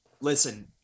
listen